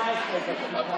הודעה למזכירת הכנסת.